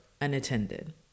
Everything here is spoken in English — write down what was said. unattended